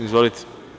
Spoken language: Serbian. Izvolite.